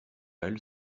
elle